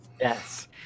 Yes